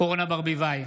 אורנה ברביבאי,